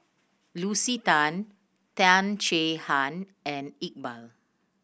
Lucy Tan Tan Chay Han and Iqbal